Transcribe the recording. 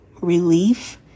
relief